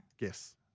Yes